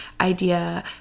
idea